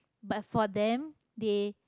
but for them they